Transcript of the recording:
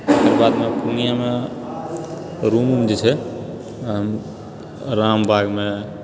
पूर्णियामे रूम जे छै रामबागमे